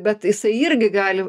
bet jisai irgi gali